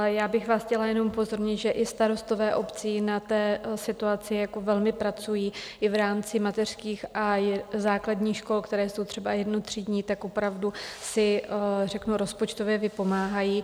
Já bych vás chtěla jenom upozornit, že i starostové obcí na té situaci velmi pracují, i v rámci mateřských a základních škol, které jsou třeba jednotřídní, tak opravdu si řeknu rozpočtově vypomáhají.